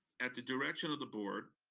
at the direction of the board,